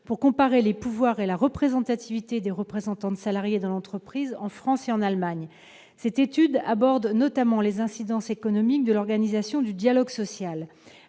pour comparer les pouvoirs et la représentativité des représentants de salariés dans l'entreprise en France et en Allemagne. Cette étude montre notamment les incidences économiques de l'organisation du dialogue social.